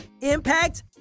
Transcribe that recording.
impact